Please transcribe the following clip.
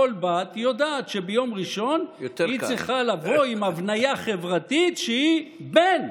כל בת יודעת שביום ראשון היא צריכה לבוא עם הבניה חברתית שהיא בן,